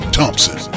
Thompson